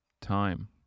time